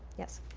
yes.